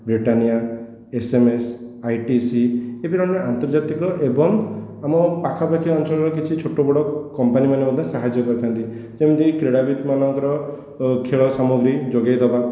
Britannia SMS ITC ଏହିପରି ଅନେକ ଆନ୍ତର୍ଜାତିକ ଏବଂ ଆମ ପାଖା ପାଖି ଅଞ୍ଚଳର କିଛି ଛୋଟ ବଡ଼ କମ୍ପାନୀ ମାନେ ମଧ୍ୟ ସାହାଯ୍ୟ କରିଥାନ୍ତି ଯେମିତି କ୍ରୀଡ଼ାବିତମାନଙ୍କର ଖେଳ ସାମଗ୍ରୀ ଯୋଗାଇଦେବା